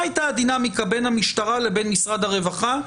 מה הייתה הדינמיקה בין המשטרה לבין משרד הרווחה,